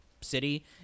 city